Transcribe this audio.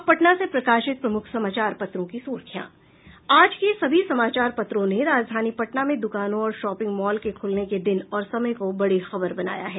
अब पटना से प्रकाशित प्रमुख समाचार पत्रों की सुर्खियां आज के सभी समाचार पत्रों ने राजधानी पटना में द्रकानों और शॉपिंग मॉल के खुलने के दिन और समय को बड़ी खबर बनाया है